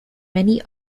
many